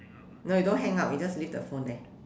no you don't hang on you just leave the phone there